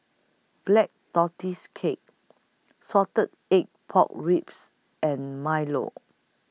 Black Tortoise Cake Salted Egg Pork Ribs and Milo